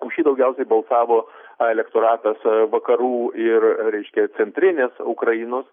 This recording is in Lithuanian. už jį daugiausiai balsavo elektoratas vakarų ir reiškia centrinės ukrainos